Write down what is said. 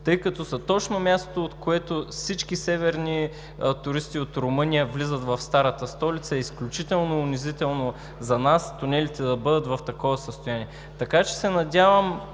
тъй като са точно мястото, от което всички северни туристи от Румъния влизат в старата столица. Изключително унизително е за нас тунелите да бъдат в такова състояние. Надявам се да